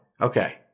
Okay